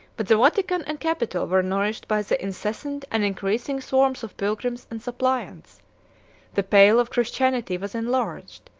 but the vatican and capitol were nourished by the incessant and increasing swarms of pilgrims and suppliants the pale of christianity was enlarged,